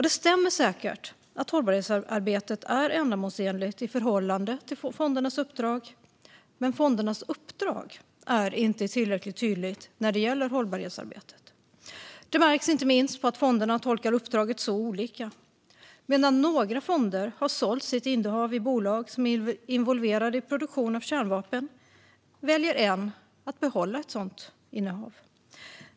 Det stämmer säkert att hållbarhetsarbetet är ändamålsenligt i förhållande till fondernas uppdrag. Men fondernas uppdrag är inte tillräckligt tydligt när det gäller hållbarhetsarbetet. Det märks inte minst på att fonderna tolkar uppdraget så olika. Medan några fonder har sålt sitt innehav i bolag som är involverade i produktion av kärnvapen väljer en att behålla ett sådant innehav.